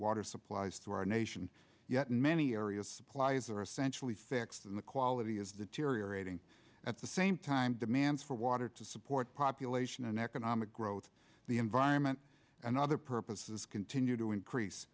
water supplies to our nation yet in many areas supplies are essentially fixed and the quality is deteriorating at the same time demands for water to support population and economic growth the environment and other purposes continue to increase